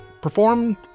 performed